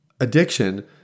addiction